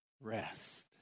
Rest